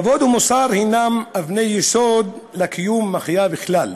כבוד ומוסר הם אבני יסוד לקיום ומחיה בכלל.